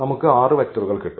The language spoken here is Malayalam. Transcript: നമുക്ക് 6 വെക്ടറുകൾ കിട്ടും